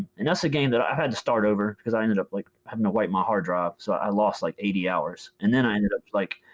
and that's a game that i had to start over because i ended up like having to wipe my hard drive so i lost like eighty hours. and then i ended up like,